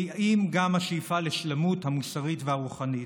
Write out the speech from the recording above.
כי אם גם השאיפה להשתלמות מוסרית ורוחנית".